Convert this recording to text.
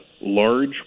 large